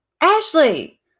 Ashley